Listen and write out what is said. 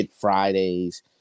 Fridays